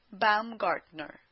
Baumgartner